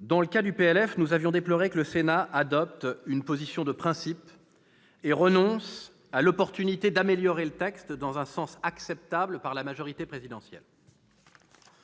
Dans le cas du projet de loi de finances, nous avions déploré que le Sénat adopte une position de principe et renonce à l'opportunité d'améliorer le texte dans un sens acceptable par la majorité présidentielle.